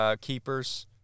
Keepers